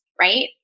right